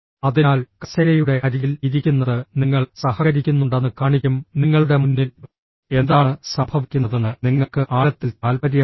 അതിനാൽ കസേരയുടെ അരികിൽ ഇരിക്കുന്നത് നിങ്ങൾ സഹകരിക്കുന്നുണ്ടെന്ന് കാണിക്കും നിങ്ങളുടെ മുന്നിൽ എന്താണ് സംഭവിക്കുന്നതെന്ന് നിങ്ങൾക്ക് ആഴത്തിൽ താൽപ്പര്യമുണ്ട്